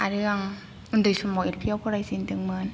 आरो आं उन्दै समाव एल पि आव फरायजेनदोंमोन